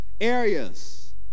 Areas